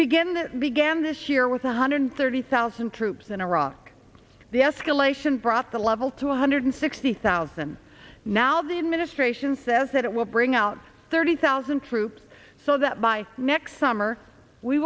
that began this year with a hundred thirty thousand troops in iraq the escalation brought the level to one hundred sixty thousand now the administration says that it will bring out thirty thousand troops so that by next summer we